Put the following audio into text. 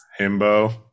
himbo